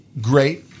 great